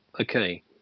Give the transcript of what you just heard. Okay